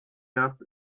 erst